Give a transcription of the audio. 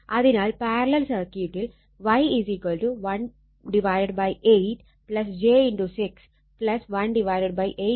അപ്പോൾ ഇതാണ് VL